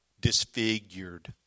disfigured